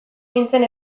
nintzen